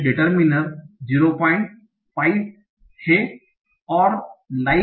determiner D 05 हैं और light